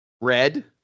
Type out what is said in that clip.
Red